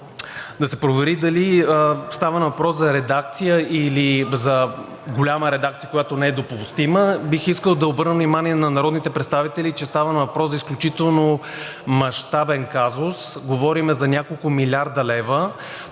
да се провери дали става въпрос за редакция, или за голяма редакция, която не е допустима. Бих искал да обърна внимание на народните представители, че става въпрос за изключително мащабен казус – говорим за няколко милиарда лева.